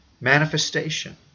manifestation